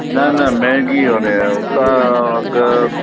न न महंगी